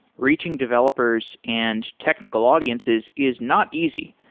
reaching developers and technical audiences is not easy,